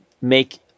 make